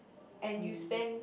and you spend